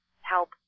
help